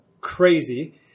crazy